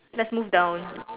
lets move down